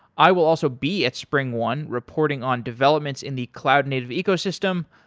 i will also be at springone reporting on developments in the cloud native ecosystem.